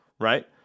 right